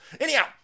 Anyhow